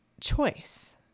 choice